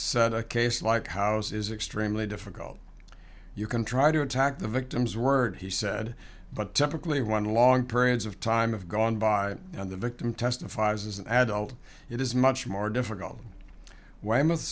said a case like house is extremely difficult you can try to attack the victim's word he said but typically when long periods of time of gone by and the victim testifies as an adult it is much more difficult weymouth